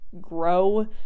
grow